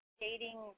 dating